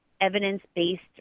evidence-based